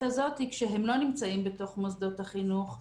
הזאת כשהם לא נמצאים בתוך מוסדות החינוך,